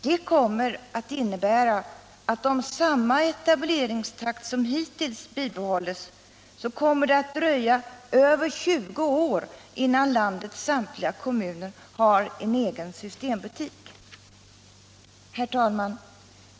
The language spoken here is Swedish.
Det innebär att om samma etableringstakt som hittills bibehålls kommer det att dröja över 20 år innan landets samtliga kommuner har en egen systembutik. Herr talman!